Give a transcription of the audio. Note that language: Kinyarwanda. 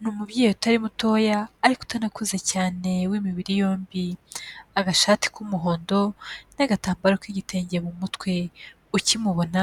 Ni umubyeyi utari mutoya ariko utanakuze cyane w'imibiri yombi. Agashati k'umuhondo n'agatambaro k'igitenge mu mutwe. Ukimubona